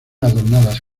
adornadas